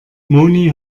moni